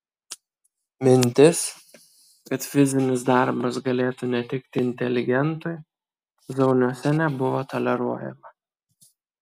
mintis kad fizinis darbas galėtų netikti inteligentui zauniuose nebuvo toleruojama